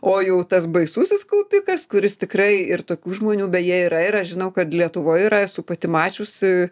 o jau tas baisusis kaupikas kuris tikrai ir tokių žmonių beje yra ir aš žinau kad lietuvoj yra esu pati mačiusi